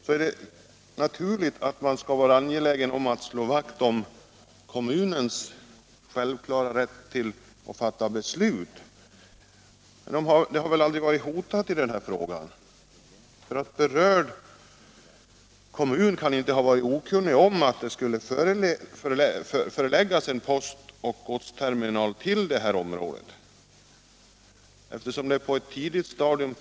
Det är naturligt att man skall slå vakt om kommunens självklara rätt att fatta beslut. Den rätten har väl aldrig varit hotad i detta fall. Berörd kommun kan inte ha varit okunnig om att en postoch godsterminal skulle förläggas till detta område, eftersom det framkom på ett tidigt stadium.